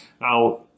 Now